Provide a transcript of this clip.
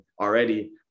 already